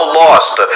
lost